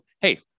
Hey